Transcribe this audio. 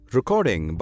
Recording